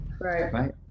right